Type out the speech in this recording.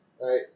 right